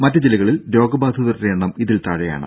മറ്റ് ജില്ലകളിൽ രോഗബാധിതരുടെ എണ്ണ ഇതിൽ താഴെയാണ്